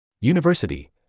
University